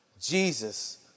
Jesus